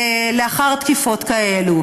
לאחר תקיפות כאלה.